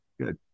Good